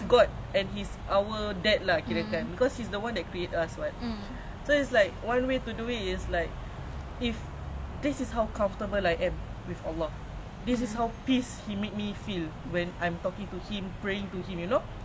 too formal ya I think he also understands the way we err the way we speak